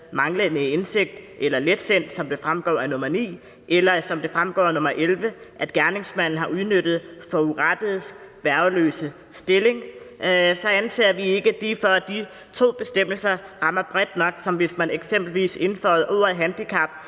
manglende indsigt eller letsind, som det fremgår af nr. 9, eller som det fremgår af nr. 11, at gerningsmanden har udnyttet forurettedes værgeløse stilling, så anser vi ikke, at de to bestemmelser rammer bredt nok, som hvis man eksempelvis indføjede ordet handicap